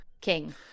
king